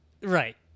Right